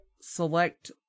select